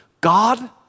God